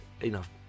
enough